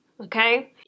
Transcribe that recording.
okay